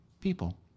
people